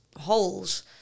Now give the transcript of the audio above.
holes